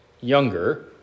younger